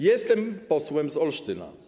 Jestem posłem z Olsztyna.